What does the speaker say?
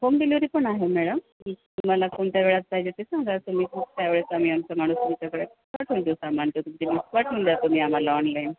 home delivery पण आहे madam तुम्हाला कोणत्या वेळात पाहिजे ते सांगा तुम्ही त्या वेळेस आम्ही आमचा माणूस तुमच्यााकडे पाठवून देऊ सामानची तुमची लिस्ट पाठवून द्या तुम्ही आम्हाला ऑनलाईन